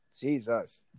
Jesus